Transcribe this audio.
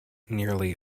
nearly